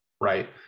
Right